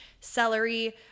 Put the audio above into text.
celery